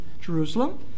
Jerusalem